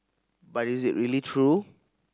but is it really true